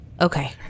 Okay